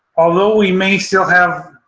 although we may still have